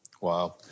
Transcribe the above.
Wow